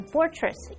Fortress